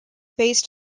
based